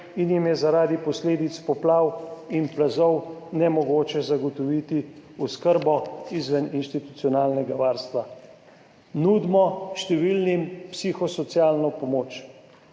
in jim je zaradi posledic poplav in plazov nemogoče zagotoviti oskrbo izven institucionalnega varstva. Številnim nudimo psihosocialno pomoč.